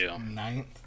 ninth